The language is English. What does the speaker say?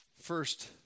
first